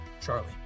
Charlie